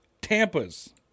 Tampa's